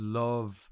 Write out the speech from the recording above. love